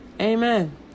Amen